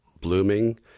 blooming